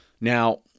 Now